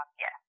yes